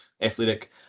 athletic